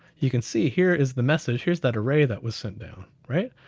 you can see here is the message. here's that array that was sent down, right?